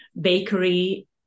Bakery